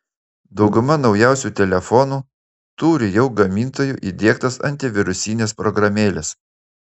dauguma naujausių telefonų turi jau gamintojų įdiegtas antivirusines programėles